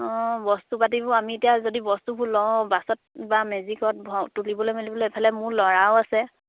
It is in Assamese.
অঁ বস্তু পাতিবোৰ আমি এতিয়া যদি বস্তুবোৰ লওঁ বাছত বা মেজিকত তুলিবলৈ মেলিবলৈ এইফালে মোৰ ল'ৰাও আছে